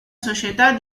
società